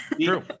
True